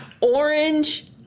orange